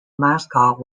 mascot